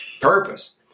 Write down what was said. purpose